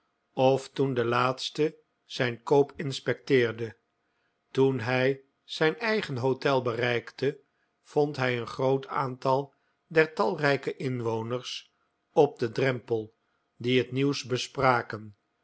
of toen de laatste zijn koop inspecteerde toen hij zijn eigen hotel bereikte vond hij een groot aantal der talrijke inwoners op den drempel die het nieuws bespraken